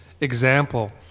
example